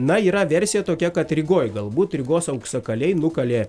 na yra versija tokia kad rygoj galbūt rygos auksakaliai nukalė